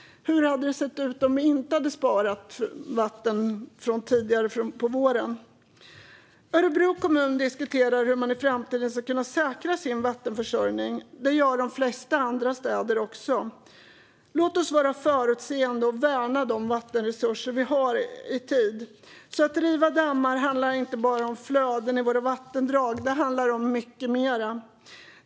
Hur hade det sett ut om vi inte hade sparat vatten sedan tidigare på våren? Örebro kommun diskuterar hur man i framtiden ska kunna säkra sin vattenförsörjning, och det gör de flesta andra städer också. Låt oss vara förutseende och värna de vattenresurser vi har i tid! Att riva dammar handlar inte bara om flöden i våra vattendrag utan om mycket mer.